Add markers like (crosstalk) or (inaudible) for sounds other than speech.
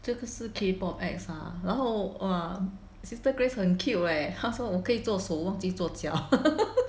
这个是 K pop acts ah 然后 err sister Grace 很 cute eh 他说我可以做手忘记做脚 (laughs)